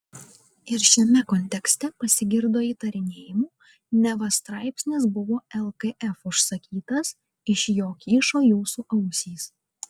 ir šiame kontekste pasigirdo įtarinėjimų neva straipsnis buvo lkf užsakytas iš jo kyšo jūsų ausys